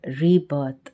rebirth